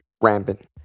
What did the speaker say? Rampant